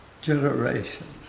generations